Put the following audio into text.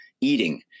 eating